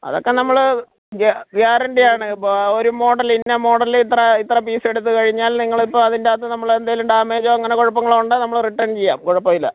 അതൊക്കെ നമ്മൾ ഗ്യാരണ്ടിയാണ് ഇപ്പം ഒരു മോഡൽ ഇന്ന മോഡൽ ഇത്ര ഇത്ര പീസെടുത്തു കഴിഞ്ഞാല് നിങ്ങളിപ്പം അതിൻ്റകത്ത് നമ്മൾ എന്തെങ്കിലും ഡാമേജോ അങ്ങനെ കുഴപ്പങ്ങളോ ഉണ്ടേ നമ്മൾ റിട്ടേണ് ചെയ്യാം കുഴപ്പമില്ല